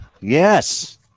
Yes